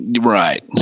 Right